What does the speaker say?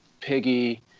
Piggy